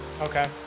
Okay